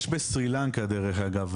יש בסרילנקה דרך אגב,